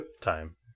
time